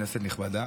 כנסת נכבדה,